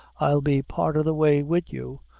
i'll be part o' the way wid you.